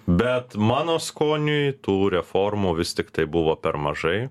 bet mano skoniui tų reformų vis tiktai buvo per mažai